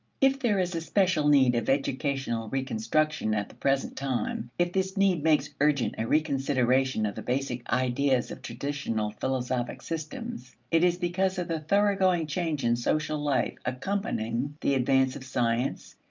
if there is especial need of educational reconstruction at the present time, if this need makes urgent a reconsideration of the basic ideas of traditional philosophic systems, it is because of the thoroughgoing change in social life accompanying the advance of science,